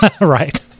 Right